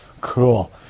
cool